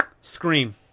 Scream